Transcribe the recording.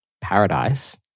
paradise